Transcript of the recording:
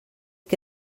que